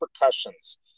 repercussions